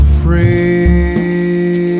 free